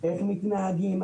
איך מתנהגים,